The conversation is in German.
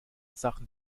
sachen